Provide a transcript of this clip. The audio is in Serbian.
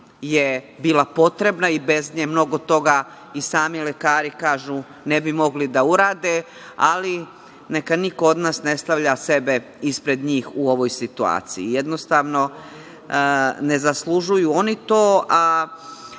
je bila potrebna i bez nje mnogo toga i sami lekari kažu ne bi mogli da urade, ali neka niko od nas ne stavlja sebe ispred njih u ovoj situaciji. Jednostavno, ne zaslužuju oni